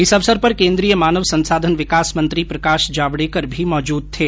इस अवसर पर केन्द्रीय मानव संसाधन विकास मंत्री प्रकाश जावडेकर भी मौजूद थे